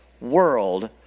world